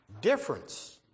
difference